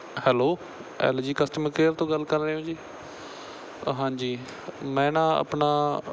hello L G ਜੀ customer care ਤੋਂ ਗੱਲ ਕਰ ਰਹੇ ਹੋ ਜੀ ਹਾਂਜੀ ਮੈਂ ਨਾ ਆਪਣਾ